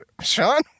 Sean